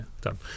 Done